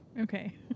Okay